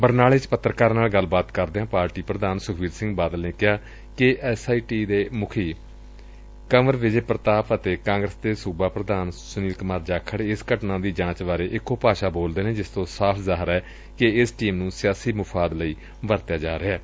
ਬਰਨਾਲੇ ਚ ਪੱਤਰਕਾਰਾਂ ਨਾਲ ਗੱਲਬਾਤ ਕਰਦਿਆਂ ਪਾਰਟੀ ਪ੍ਰਧਾਨ ਸੁਖਬੀਰ ਸਿੰਘ ਬਾਦਲ ਨੇ ਕਿਹਾ ਕਿ ਐਸ ਆਈ ਦੇ ਮੁਖੀ ਕੰਵਰ ਵਿਜੈ ਪ੍ਤਾਪ ਅਤੇ ਕਾਂਗਰਸ ਦੇ ਸੁਬਾ ਪ੍ਰਧਾਨ ਸੁਨੀਲ ਕੁਮਾਰ ਜਾਖੜ ਇਸ ਘਟਨਾ ਦੀ ਜਾਂਚ ਬਾਰੇ ਇਕੋ ਭਾਸ਼ਾ ਬੋਲਦੇ ਨੇ ਜਿਸ ਤੋਂ ਸਾਫ਼ ਜ਼ਾਹਿਰ ਏ ਕਿ ਇਸ ਟੀਮ ਨੂੰ ਸਿਆਸੀ ਮੁਫਾਦ ਲਈ ਵਰਤਿਆ ਜਾ ਰਿਹੈ